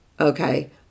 okay